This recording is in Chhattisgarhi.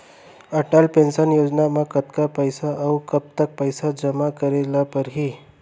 अटल पेंशन योजना म कतका पइसा, अऊ कब तक पइसा जेमा करे ल परही?